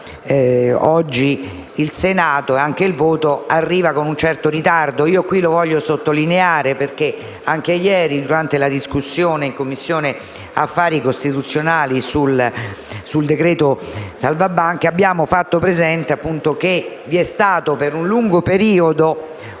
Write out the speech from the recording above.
- oggi il Senato assumerà con il voto, arriva con un certo ritardo. Lo voglio sottolineare perché anche ieri, durante la discussione in Commissione affari costituzionali sul decreto-legge salva banche, abbiamo fatto presente che per un lungo periodo